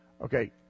Okay